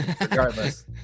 regardless